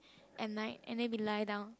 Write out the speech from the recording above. at night and then we lie down